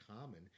common